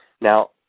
Now